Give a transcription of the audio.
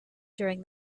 during